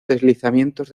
deslizamientos